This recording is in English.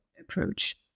approach